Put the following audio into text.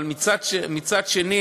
אבל מצד שני,